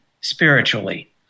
spiritually